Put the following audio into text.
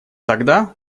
тогда